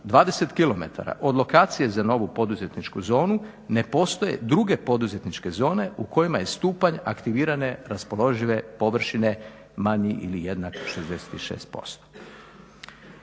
20 km od lokacije za novu poduzetničku zonu ne postoje druge poduzetničke zone u kojima je stupanj aktivirane raspoložive površine manji ili jednak 66%.